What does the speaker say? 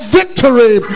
victory